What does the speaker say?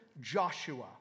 Joshua